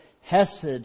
hesed